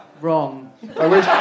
Wrong